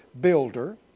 builder